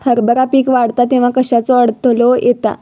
हरभरा पीक वाढता तेव्हा कश्याचो अडथलो येता?